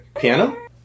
piano